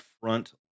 front